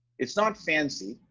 it's not fancy,